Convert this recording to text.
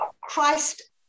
Christ